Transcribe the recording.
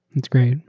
it's great.